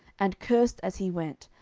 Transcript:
and cursed as he went,